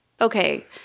Okay